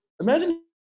imagine